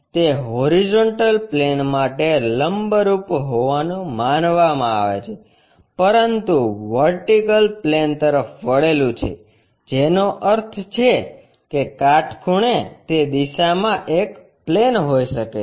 તે horizontal plane માટે લંબરૂપ હોવાનું માનવામાં આવે છે પરંતુ વર્ટિકલ પ્લેન તરફ વળેલું છે જેનો અર્થ છે કે કાટખૂણે તે દિશામાં એક પ્લેન હોઈ શકે છે